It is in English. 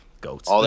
Goats